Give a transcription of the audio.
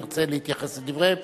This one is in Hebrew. אם ירצה להתייחס לדבריהם,